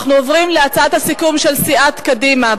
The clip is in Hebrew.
אנחנו עוברים להצעת הסיכום של סיעת קדימה.